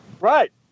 Right